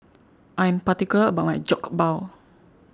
I am particular about my Jokbal